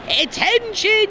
attention